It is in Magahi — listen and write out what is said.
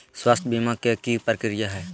स्वास्थ बीमा के की प्रक्रिया है?